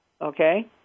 Okay